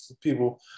people